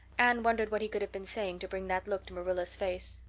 anne wondered what he could have been saying to bring that look to marilla's face.